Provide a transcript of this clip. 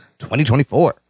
2024